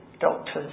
doctors